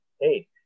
Hey